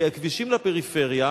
כי הכבישים לפריפריה